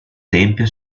tempio